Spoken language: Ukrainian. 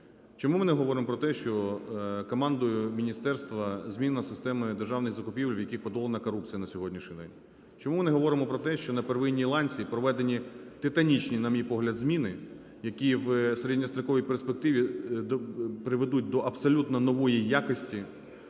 Чому ми не говоримо про те, що командою міністерства змінена система державних закупівель, в яких подолана корупція на сьогоднішній день? Чому ми не говоримо про те, що на первинній ланці проведені титанічні, на мій погляд, зміни, які в середньостроковій перспективі приведуть до абсолютно нової якості